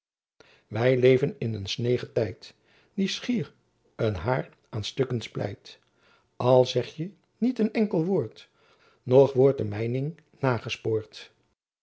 wy leven in een snegen tijt die schier een hair aen stucken splijt al segje niet een enckel woort noch wort de meyning nagespoort